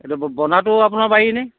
এইটো বন্ধাটো আপোনাৰ বাৰীৰনে